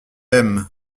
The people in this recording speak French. aimes